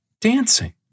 dancing